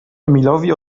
emilowi